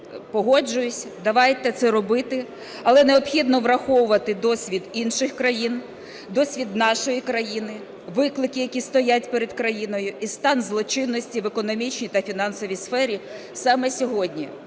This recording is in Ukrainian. Погоджуюсь, давайте це робити. Але необхідно враховувати досвід інших країн, досвід нашої країни, виклики, які стоять перед країною і стан злочинності в економічній та фінансовій сфері саме сьогодні,